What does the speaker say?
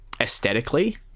aesthetically